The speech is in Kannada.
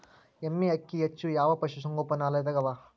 ಎಮ್ಮೆ ಅಕ್ಕಿ ಹೆಚ್ಚು ಯಾವ ಪಶುಸಂಗೋಪನಾಲಯದಾಗ ಅವಾ?